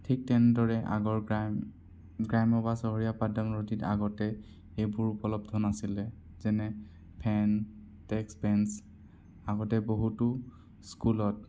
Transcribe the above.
ঠিক তেনেদৰে আগৰ গ্ৰাম গ্ৰাম্য বা চহৰীয়া পাঠদান পদ্ধতিত আগতে এইবোৰ উপলব্ধ নাছিলে যেনে ফেন ডেক্স বেঞ্চ আগতে বহুতো স্কুলত